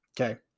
Okay